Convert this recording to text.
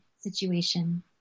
situation